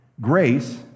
grace